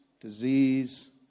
disease